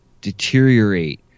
deteriorate